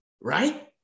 right